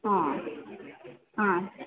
ಹಾಂ ಹಾಂ